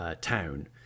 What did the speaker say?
town